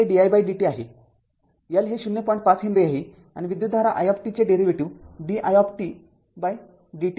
५ henry आहे आणि विद्युतधारा iचे डेरीवेटीव्ह di dt घ्या